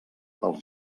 pels